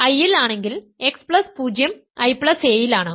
x I ൽ ആണെങ്കിൽ x0 Ia യിലാണ്